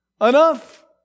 enough